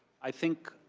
i think,